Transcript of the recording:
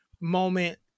moment